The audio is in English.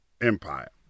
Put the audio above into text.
Empire